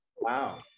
Wow